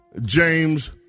James